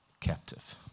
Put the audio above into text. Captive